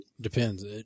Depends